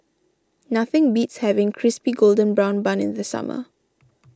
nothing beats having Crispy Golden Brown Bun in the summer